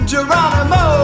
Geronimo